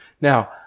Now